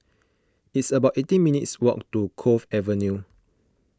it's about eighteen minutes' walk to Cove Avenue